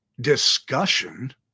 discussion